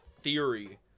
theory